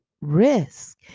risk